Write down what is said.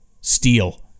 steal